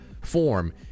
form